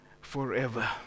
forever